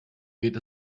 geht